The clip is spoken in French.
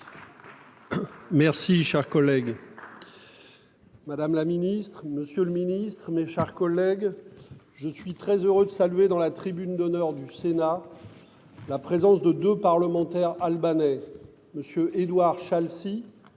Merci cher collègue.-- Madame la Ministre, Monsieur le Ministre, mes chers collègues, je suis très heureux de saluer dans la tribune d'honneur du Sénat. La présence de 2 parlementaires albanais monsieur Edouard Chelsea,